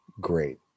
great